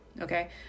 okay